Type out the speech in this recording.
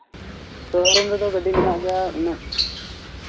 ᱥᱳᱨᱩᱢ ᱨᱮᱫᱚ ᱜᱟᱹᱰᱤ ᱢᱮᱱᱟᱜ ᱜᱮᱭᱟ ᱩᱱᱟᱹᱜ